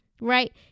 right